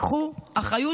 קחו אחריות.